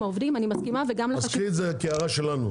העובדים וגם לחשיבות --- אז קחי את זה כהערה שלנו,